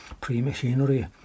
pre-machinery